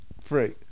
Free